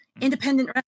independent